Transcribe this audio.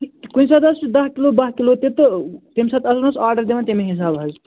کُنہِ ساتہٕ حظ چھُ دَہ کِلوٗ باہ کِلوٗ تہِ تہٕ تمہِ ساتہٕ آسو نَہ حظ آرڈر دِوان تمے حِساب حظ